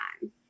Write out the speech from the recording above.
time